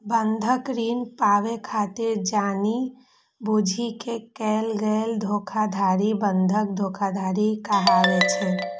बंधक ऋण पाबै खातिर जानि बूझि कें कैल गेल धोखाधड़ी बंधक धोखाधड़ी कहाबै छै